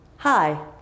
Hi